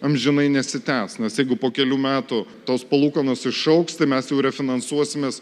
amžinai nesitęs nes jeigu po kelių metų tos palūkanos išaugs tai mes jau refinansuosimės